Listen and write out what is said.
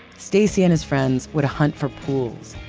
stacy and his friends would hunt for pools.